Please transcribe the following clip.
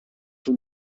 from